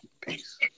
Peace